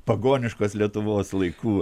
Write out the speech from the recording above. pagoniškos lietuvos laikų